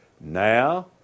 Now